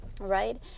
right